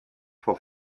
for